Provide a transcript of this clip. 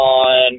on